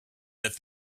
that